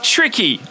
Tricky